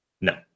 No